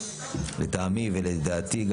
גם לטעמי ולדעתי,